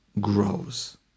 grows